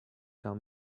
tell